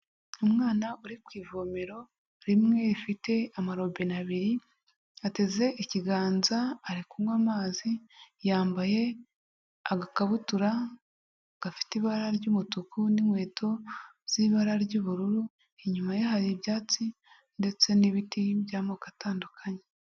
Umwana uri ku ivomero rimwe rifite amarobine abiri, ateze ikiganza ari kunywa amazi, yambaye agakabutura gafite ibara ry'umutuku n'inkweto z'ibara ry'ubururu, inyuma ye hari ibyatsi ndetse n'ibiti by'amoko atandukanye.